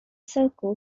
saco